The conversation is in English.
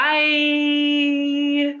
Bye